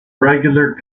regular